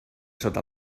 sota